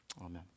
Amen